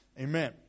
amen